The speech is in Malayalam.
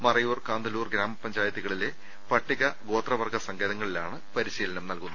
മറയൂർ കാന്തല്ലൂർ ഗ്രാമപഞ്ചായത്തുക ളിലെ പട്ടിക ഗോത്രവർഗ്ഗ സങ്കേതങ്ങളിലാണ് പരിശീലനം നൽകുന്നത്